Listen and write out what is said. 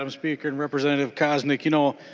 um speaker. and representative koznick you know